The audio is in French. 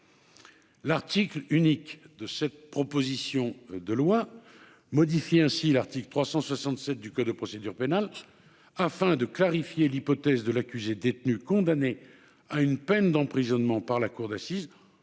L'article unique de cette proposition de loi modifie ainsi l'article 367 du code de procédure pénale afin de clarifier l'hypothèse de l'accusé détenu condamné à une peine d'emprisonnement par la cour d'assises